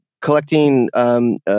collecting